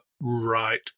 right